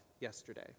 yesterday